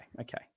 Okay